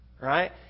right